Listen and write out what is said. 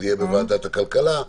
זה יהיה בוועדת הכלכלה.